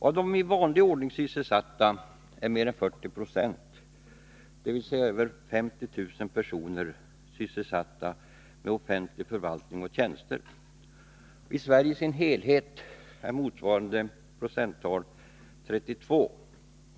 Av de i vanlig ordning sysselsatta är mer än 40 96, dvs. över 50 000 personer, sysselsatta i offentlig förvaltning och tjänster. I Sverige som helhet är motsvarande procenttal 32.